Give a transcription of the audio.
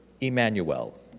Emmanuel